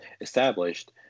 established